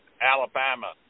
Alabama